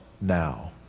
now